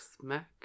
smack